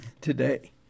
today